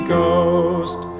Ghost